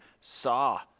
saw